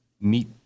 meet